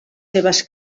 seves